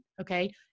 okay